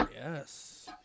Yes